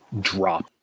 drop